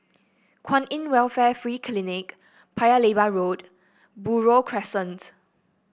Kwan In Welfare Free Clinic Paya Lebar Road Buroh Crescents